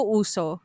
uso